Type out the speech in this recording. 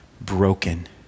broken